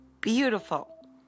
beautiful